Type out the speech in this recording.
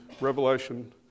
Revelation